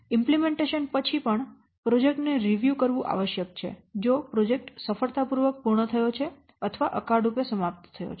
અમલીકરણ પછી પણ પ્રોજેક્ટ ને રિવ્યૂ કરવું આવશ્યક છે જો પ્રોજેક્ટ સફળતાપૂર્વક પૂર્ણ થયો છે અથવા અકાળ રૂપે સમાપ્ત થયો છે